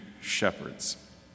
shepherds